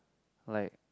like